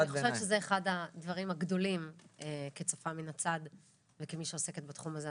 אני חושבת שזה אחד הדברים הגדולים כצופה מן הצד וכמי שעוסקת בתחום הזה.